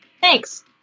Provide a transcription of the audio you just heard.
Thanks